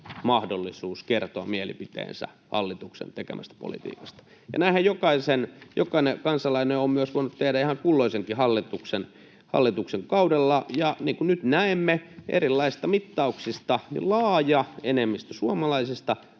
mahdollisuus kertoa mielipiteensä hallituksen tekemästä politiikasta, [Miko Bergbom: Totta kai!] ja näinhän jokainen kansalainen on myös voinut tehdä ihan kulloisenkin hallituksen kaudella. Ja niin kuin nyt näemme erilaisista mittauksista, laaja enemmistö suomalaisista